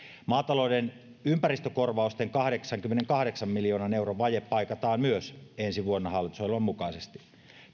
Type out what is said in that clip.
maatalouden ympäristökorvausten kahdeksankymmenenkahdeksan miljoonan euron vaje paikataan myös ensi vuonna hallitusohjelman mukaisesti